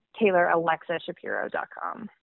TaylorAlexaShapiro.com